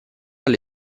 alle